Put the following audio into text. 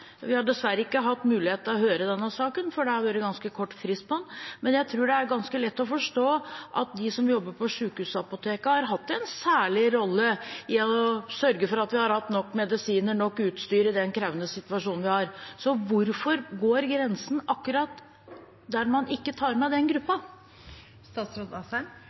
jeg tror det er ganske lett å forstå at de som jobber på sjukehusapotekene, har hatt en særlig rolle i å sørge for at vi har hatt nok medisiner og utstyr i den krevende situasjonen vi har. Så hvorfor går grensen akkurat slik at man ikke tar med den